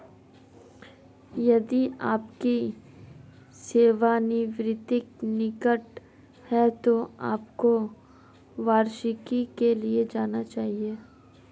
यदि आपकी सेवानिवृत्ति निकट है तो आपको वार्षिकी के लिए जाना चाहिए